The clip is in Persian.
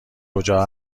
کجا